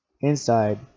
Inside